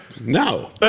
No